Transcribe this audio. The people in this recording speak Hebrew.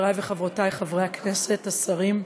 חברי וחברותי חברי הכנסת, השרים,